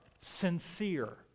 sincere